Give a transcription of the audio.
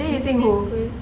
then you think who